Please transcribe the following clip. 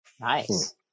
Nice